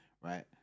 Right